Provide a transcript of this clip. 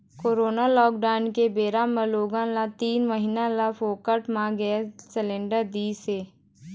corona lockdown के बेरा म लोगन ल तीन महीना ले फोकट म गैंस सिलेंडर दिस हे